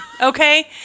Okay